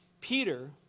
Peter